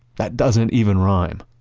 that doesn't even rhyme.